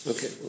Okay